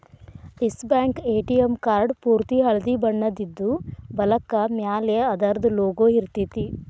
S Bank ATM card ಪೂರ್ತಿ ಹಳ್ದಿ ಬಣ್ಣದಿದ್ದು, ಬಲಕ್ಕ ಮ್ಯಾಲೆ ಅದರ್ದ್ ಲೊಗೊ ಇರ್ತೆತಿ